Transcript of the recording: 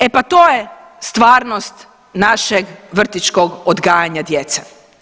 E pa to je stvarnost našeg vrtićkog odgajanja djece.